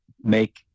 make